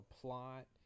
plot